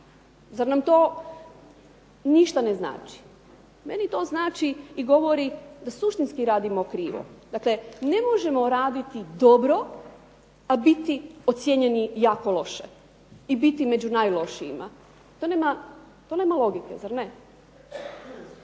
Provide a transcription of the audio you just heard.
Zar nam to ništa ne znači? Meni to znači i govori da suštinski radimo krivo. Dakle, ne možemo raditi dobro a biti ocijenjeni jako loše i biti među najlošijima. To nema logike, zare ne?